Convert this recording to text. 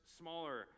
smaller